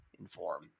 inform